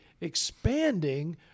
expanding